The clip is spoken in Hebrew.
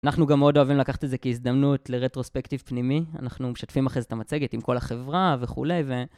אנחנו גם מאוד אוהבים לקחת את זה כהזדמנות לרטרוספקטיב פנימי, אנחנו משתפים אחרי זה את המצגת עם כל החברה וכולי, ו...